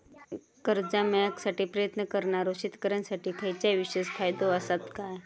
कर्जा मेळाकसाठी प्रयत्न करणारो शेतकऱ्यांसाठी खयच्या विशेष फायदो असात काय?